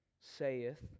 saith